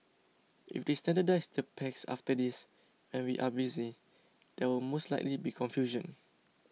if they standardise the packs after this when we are busy there will most likely be confusion